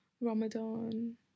Ramadan